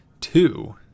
two